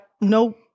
no